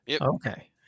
Okay